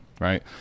Right